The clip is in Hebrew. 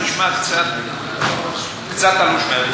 זה נשמע קצת תלוש מהמציאות.